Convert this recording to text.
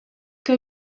que